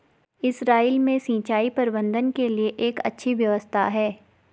Israel में सिंचाई प्रबंधन के लिए एक अच्छी व्यवस्था है